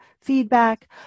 feedback